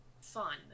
fun